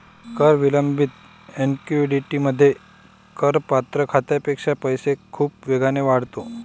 कर विलंबित ऍन्युइटीमध्ये, करपात्र खात्यापेक्षा पैसा खूप वेगाने वाढतो